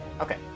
Okay